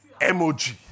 emoji